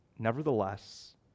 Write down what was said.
Nevertheless